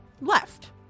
left